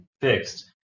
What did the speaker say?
fixed